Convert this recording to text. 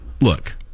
look